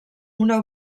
una